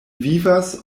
vivas